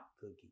cookie